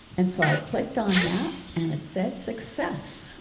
and so i clicked on that and it said success.